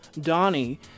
Donnie